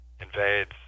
Invades